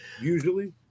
Usually